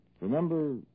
Remember